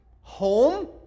Home